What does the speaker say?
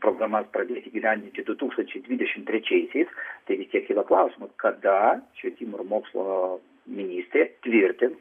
programas pradėti įgyvendinti du tūkstančiai dvidešimt trečiaisiais tai vis tiek yra klausimas kada švietimo ir mokslo ministrė tvirtins